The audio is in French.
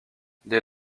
dès